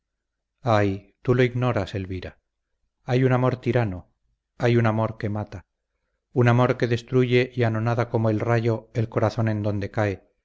ay tú lo ignoras elvira hay un amor tirano hay un amor que mata un amor que destruye y anonada como el rayo el corazón en donde cae